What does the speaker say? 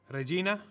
Regina